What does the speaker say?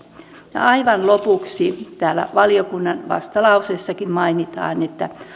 ja aivan lopuksi täällä valiokunnan vastalauseessakin mainitaan että